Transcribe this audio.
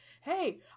hey